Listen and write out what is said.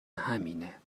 همینه